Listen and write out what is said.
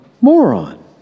Moron